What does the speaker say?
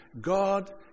God